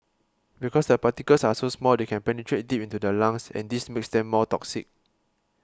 because the particles are so small they can penetrate deep into the lungs and this makes them more toxic